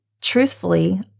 Truthfully